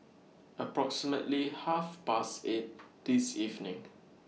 approximately Half Past eight This evening